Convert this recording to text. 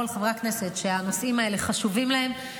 כל חברי הכנסת שהנושאים האלה חשובים להם,